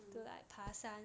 mmhmm